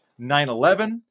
9-11